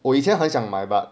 我以前很想买 but